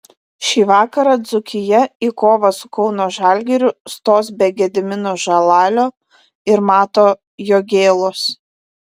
šį vakarą dzūkija į kovą su kauno žalgiriu stos be gedimino žalalio ir mato jogėlos